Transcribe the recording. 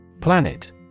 Planet